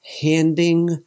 handing